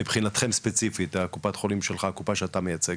מבחנתכם ספציפית, הקופה שאתה מייצג?